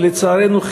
ולצערנו,